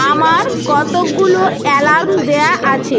আমার কতকগুলো অ্যালার্ম দেওয়া আছে